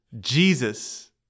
Jesus